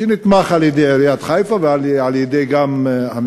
שנתמך על-ידי עיריית חיפה וגם על-ידי המשרד.